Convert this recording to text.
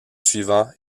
suivants